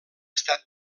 estat